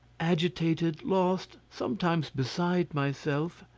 agitated, lost, sometimes beside myself,